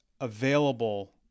available